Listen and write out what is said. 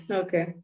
okay